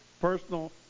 personal